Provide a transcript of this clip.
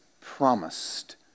promised